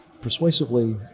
persuasively